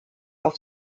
auf